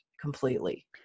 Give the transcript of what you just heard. completely